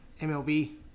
MLB